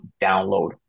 download